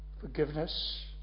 forgiveness